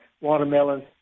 watermelons